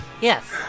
Yes